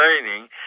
training